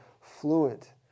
fluent